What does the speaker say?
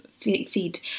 feed